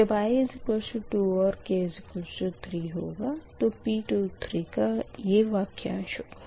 जब i 2 और k 3 होगा तो P23 का ये वाक्यांश होगा